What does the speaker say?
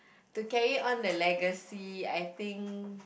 to carry on the legacy I think